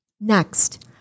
Next